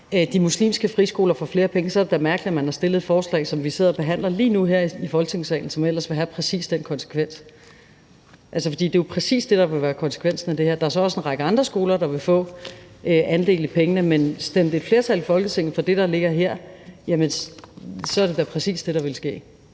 de muslimske friskoler får flere penge, er det da mærkeligt, at man har stillet et forslag, som vi sidder og behandler lige nu her i Folketingssalen, og som ellers vil have præcis den konsekvens. For det er jo præcis det, der vil være konsekvensen af det her. Der er så også en række andre skoler, der vil få andel i pengene, men stemte et flertal i Folketinget for det, der ligger her, så er det da præcis det, der vil ske.